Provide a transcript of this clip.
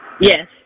Yes